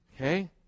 Okay